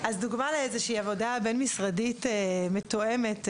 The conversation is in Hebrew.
דוגמה לעבודה בין משרדית מתואמת,